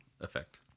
Effect